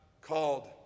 called